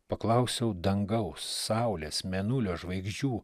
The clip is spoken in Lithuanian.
paklausiau dangaus saulės mėnulio žvaigždžių